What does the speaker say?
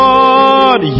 Lord